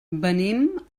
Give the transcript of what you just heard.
venim